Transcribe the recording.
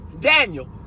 Daniel